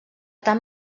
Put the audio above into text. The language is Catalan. tan